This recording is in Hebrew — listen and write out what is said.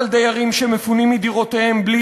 אבל דיירים שמפונים מדירותיהם בלי